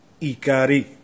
Ikari